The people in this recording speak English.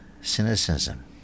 cynicism